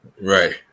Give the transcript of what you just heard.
Right